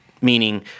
meaning